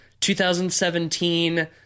2017